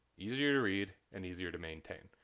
easier to read, and easier to maintain,